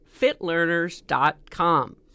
fitlearners.com